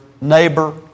neighbor